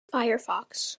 firefox